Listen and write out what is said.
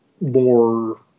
more